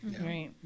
Right